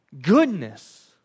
goodness